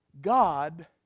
God